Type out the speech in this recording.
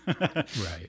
right